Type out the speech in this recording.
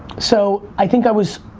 so i think i was,